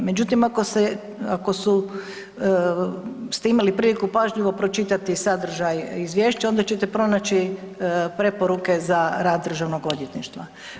Međutim, ako ste imali priliku pažljivo pročitati sadržaj izvješća onda ćete pronaći preporuke za rad državnog odvjetništva.